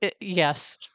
Yes